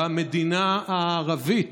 במדינה הערבית,